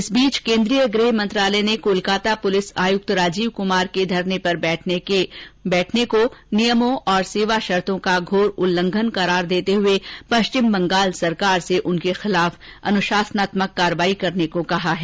इस बीच केन्द्रीय गृह मंत्रालय ने कोलकाता पुलिस आयुक्त राजीव कुमार के धरने पर बैठने को नियमों और सेवा शर्तो का घोर उल्लंघन करार देते हुए पश्चिम बंगाल सरकार से उनके खिलाफ अनुशासनात्मक कार्रवाई करने को कहा है